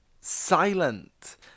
silent